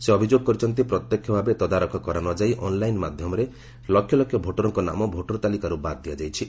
ସେ ଅଭିଯୋଗ କରିଛନ୍ତି ପ୍ରତ୍ୟକ୍ଷ ଭାବେ ତଦାରଖ କରା ନ ଯାଇ ଅନ୍ଲାଇନ୍ ମାଧ୍ୟମରେ ଲକ୍ଷ ଲକ୍ଷ ଭୋଟର୍କ ନାମ ଭୋଟର୍ ତାଲିକାରୁ ବାଦ୍ ଦିଆଯାଇଛି